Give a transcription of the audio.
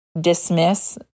dismiss